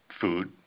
food